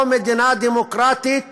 או מדינה דמוקרטית